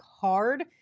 hard